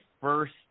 first